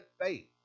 faith